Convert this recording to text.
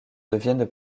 deviennent